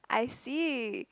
I see